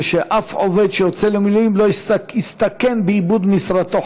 וששום עובד שיוצא למילואים לא יסתכן באיבוד משרתו,